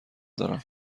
دارم